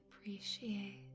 appreciate